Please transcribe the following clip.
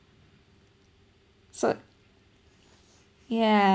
so yeah